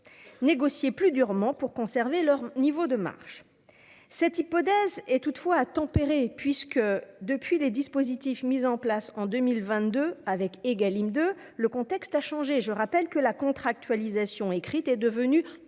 négocier plus durement pour conserver leur niveau de marge. Cette hypothèse est cependant à tempérer. Avec les dispositifs mis en place en 2022 par la loi Égalim 2, le contexte a changé. Je rappelle que la contractualisation écrite est devenue